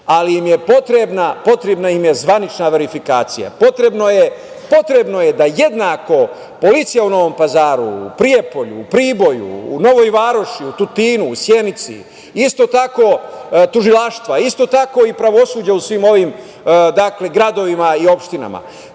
ali im je potrebna zvanična verifikacija, potrebno je da jednako policija u Novom Pazaru, Prijepolju, Priboju, Novoj Varoši, Tutinu, Sjenici isto tako tužilaštva, isto tako i pravosuđa u svim ovim gradovima i opštinama